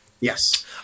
Yes